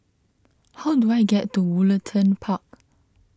how do I get to Woollerton Park